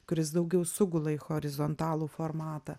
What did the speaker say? kuris daugiau sugula į horizontalų formatą